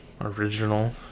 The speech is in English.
original